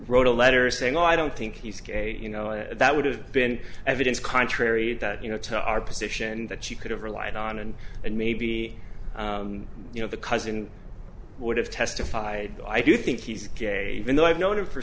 wrote a letter saying i don't think he's gay you know that would have been evidence contrary that you know to our position that she could have relied on and and maybe you know the cousin would have testified but i do think he's gay even though i've known him for